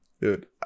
Dude